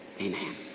Amen